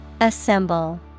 Assemble